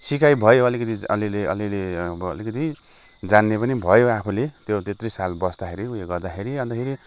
सिकाइ भयो अलिकति अलिअलि अलिअलि अब अलिकति जान्ने पनि भयो आफूले त्यो त्यत्रो साल बस्दाखेरि उयो गर्दाखेरि अन्तखेरि